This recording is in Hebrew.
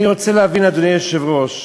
אני רוצה להבין, אדוני היושב-ראש,